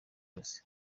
yose